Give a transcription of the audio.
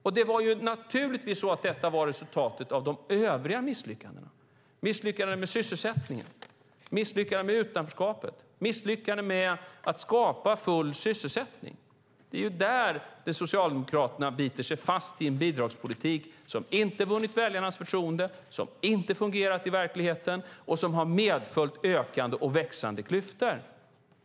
Detta var naturligtvis resultatet av de övriga misslyckandena med sysselsättningen, med utanförskapet och med att skapa full sysselsättning. Det är där Socialdemokraterna biter sig fast i en bidragspolitik som inte vunnit väljarnas förtroende, som inte fungerat i verkligheten och som har medfört ökande och växande klyftor.